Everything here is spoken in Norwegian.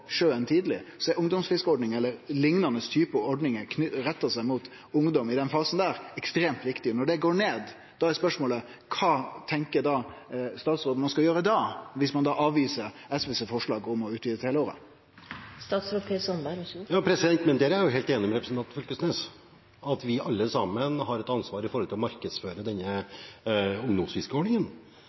mot ungdom i den fasen, ekstremt viktig. Når dette no går ned, er spørsmålet: Kva tenkjer statsråden da at ein skal gjere om ein avviser forslaget frå SV om å utvide ordninga til å gjelde for heile året? Jeg er helt enig med representanten Knag Fylkesnes i at vi alle sammen har et ansvar for å markedsføre ungdomsfiskeordningen.